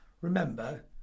remember